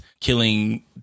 killing